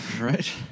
Right